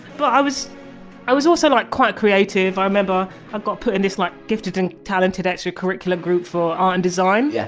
but i was i was also like quite creative, i remember i ah got put in this like gifted and talented extracurricular group for art and design, yeah